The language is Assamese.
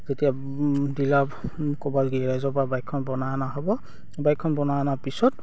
যেতিয়া বাইকখন বনাই অনা হ'ব বাইকখন বনাই অনাৰ পিছত